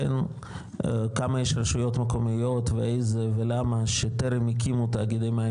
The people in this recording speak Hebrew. כמה רשויות מקומיות יש ואיזה ולמה שטרם הקימו תאגידי מים